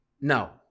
No